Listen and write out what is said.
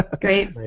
Great